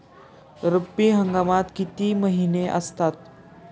रब्बी हंगामात किती महिने असतात?